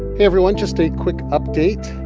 hey, everyone, just a quick update.